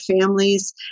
families